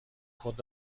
خود